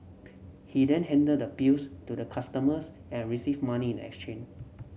he then handed the bills to the customers and received money in exchange